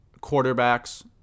quarterbacks